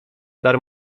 dar